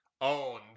owned